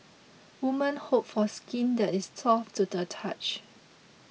woman hope for skin that is soft to the touch